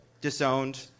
disowned